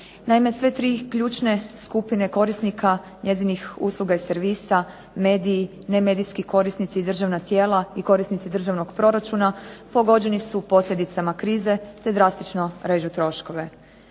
Naime, sve tri ključne skupine korisnika njezinih usluga i servisa, mediji, nemedijski korisnici, državna tijela i korisnici državnog proračuna pogođeni su posljedicama krize, te drastično režu troškove.